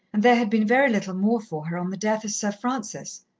and there had been very little more for her on the death of sir francis.